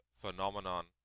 phenomenon